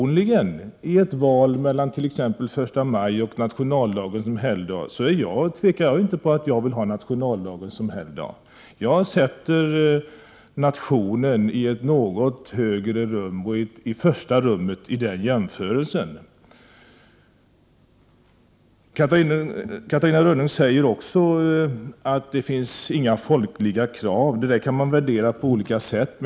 I ett val mellan att ha första maj eller nationaldagen som helgdag tvekar jag personligen inte om att jag vill ha nationaldagen som helgdag. Jag sätter nationen i första rummet i den jämförelsen. Vidare säger Catarina Rönnung att det inte finns något folkligt krav. Det kan man värdera på olika sätt.